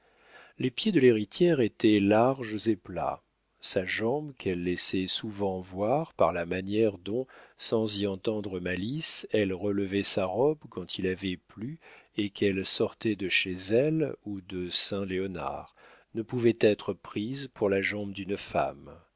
les pieds de l'héritière étaient larges et plats sa jambe qu'elle laissait souvent voir par la manière dont sans y entendre malice elle relevait sa robe quand il avait plu et qu'elle sortait de chez elle ou de saint léonard ne pouvait être prise pour la jambe d'une femme